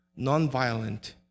nonviolent